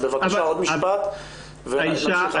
בבקשה עוד משפט ונמשיך הלאה.